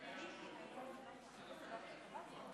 תודה, אדוני היושב-ראש.